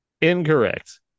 Incorrect